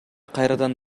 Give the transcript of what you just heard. кайрадан